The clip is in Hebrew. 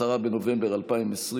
10 בנובמבר 2020,